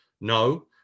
No